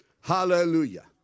Hallelujah